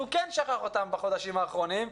הוא כן שכח אותם בחודשים האחרונים.